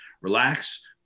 relax